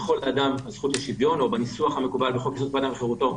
לכל אדם הזכות לשוויון או בניסוח המקובל בחוק-יסוד: כבוד האדם וחירותו,